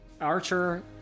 Archer